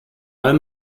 allem